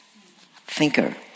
thinker